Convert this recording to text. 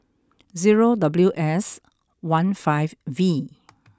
zero W S one five V